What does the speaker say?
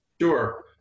Sure